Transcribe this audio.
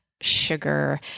sugar